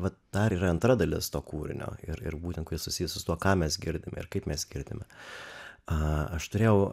vat dar yra antra dalis to kūrinio ir ir būtent kuris susijęs su tuo ką mes girdime ir kaip mes girdime aš turėjau